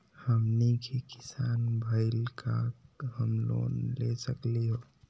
हमनी के किसान भईल, का हम लोन ले सकली हो?